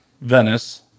Venice